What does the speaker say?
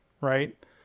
Right